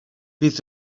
bydd